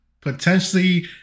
potentially